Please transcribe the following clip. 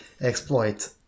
exploit